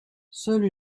seule